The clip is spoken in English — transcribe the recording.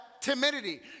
timidity